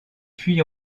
puy